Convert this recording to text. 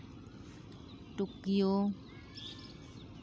Tokyo